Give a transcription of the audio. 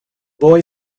boy